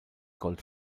gold